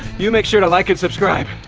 you make sure to like and subscribe.